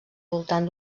voltant